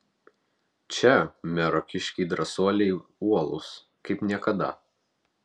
čia mero kiškiai drąsuoliai uolūs kaip niekada